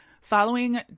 following